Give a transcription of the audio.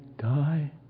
die